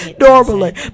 Normally